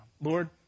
Lord